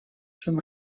чем